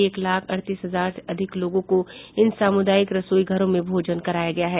एक लाख अड़तीस हजार से अधिक लोगों को इन सामुदायिक रसोई घरों में भोजन कराया गया है